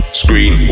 screen